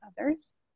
others